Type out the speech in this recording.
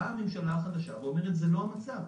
באה הממשלה החדשה ואומרת: זה לא המצב,